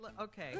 Okay